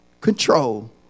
control